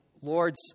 Lord's